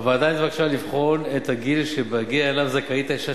הוועדה נתבקשה לבחון את הגיל שבהגיעה אליו זכאית אשה